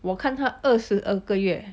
我看他二十二个月